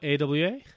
AWA